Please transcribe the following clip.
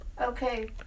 Okay